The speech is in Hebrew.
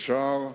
אפשר,